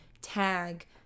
tag